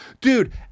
dude